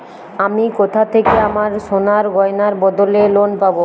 আমি কোথা থেকে আমার সোনার গয়নার বদলে লোন পাবো?